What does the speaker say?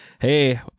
hey